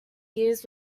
years